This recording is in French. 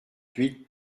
huit